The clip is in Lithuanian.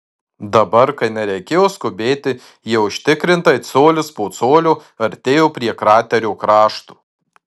dabar kai nereikėjo skubėti jie užtikrintai colis po colio artėjo prie kraterio krašto